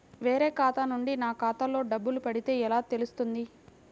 వేరే ఖాతా నుండి నా ఖాతాలో డబ్బులు పడితే ఎలా తెలుస్తుంది?